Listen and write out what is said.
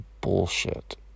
bullshit